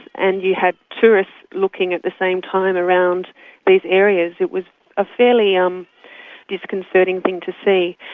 and you had tourists looking at the same time around these areas, it was a fairly um disconcerting thing to see,